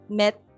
met